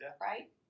right